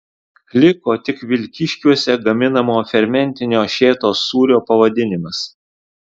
liko tik vilkyškiuose gaminamo fermentinio šėtos sūrio pavadinimas